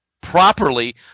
properly